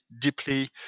deeply